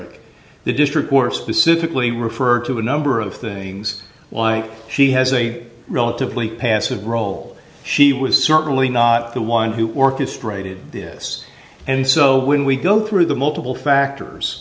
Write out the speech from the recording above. g the district more specifically referred to a number of things why she has a relatively passive role she was certainly not the one who orchestrated this and so when we go through the multiple factors